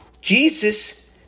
Jesus